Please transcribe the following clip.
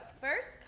first